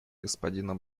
господина